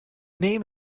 name